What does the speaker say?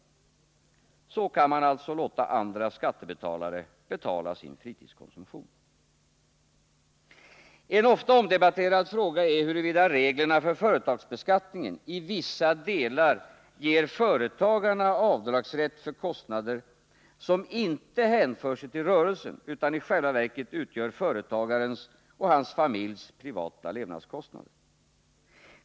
Så kan man alltså se till att man får sin egen fritidskonsumtion betald av andra. En ofta omdebatterad fråga är huruvida reglerna för företagsbeskattningen i vissa delar ger företagare avdragsrätt för kostnader som inte hänför sig till rörelsen utan i själva verket utgör företagarens och hans familjs privata levnadskostnader.